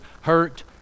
hurt